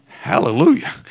Hallelujah